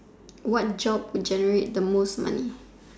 what job would generate the most money